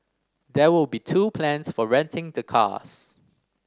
there will be two plans for renting the cars